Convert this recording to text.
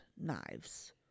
knives